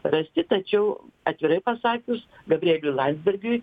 rasti tačiau atvirai pasakius gabrieliui landsbergiui